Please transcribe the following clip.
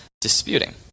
disputing